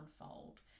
unfold